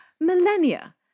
Millennia